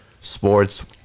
sports